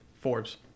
Forbes